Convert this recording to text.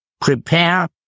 prepare